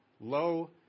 low